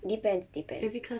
depends depends